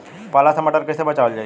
पाला से मटर कईसे बचावल जाई?